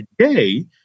today